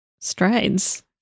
strides